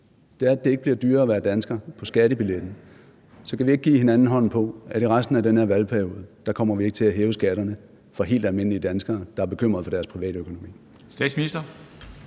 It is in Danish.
det er, at det ikke bliver dyrere at være dansker, på skattebilletten. Så kan vi ikke give hinanden hånd på, at i resten af den her valgperiode kommer vi ikke til at hæve skatterne for helt almindelige danskere, der er bekymrede for deres privatøkonomi?